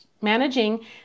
managing